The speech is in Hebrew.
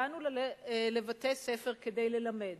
באנו לבתי-ספר כדי ללמד,